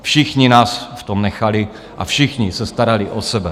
Všichni nás v tom nechali a všichni se starali o sebe.